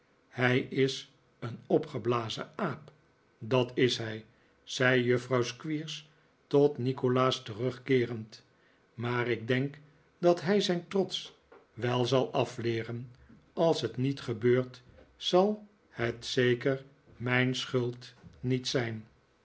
hij is een opgeblazen aap dat is hij zei juffrouw squeers tot nikolaas terugkeerendj maar ik denk dat hij zijn trots wel zal afleeren als het niet gebeurt zal het zeker mijn schuld niet zijn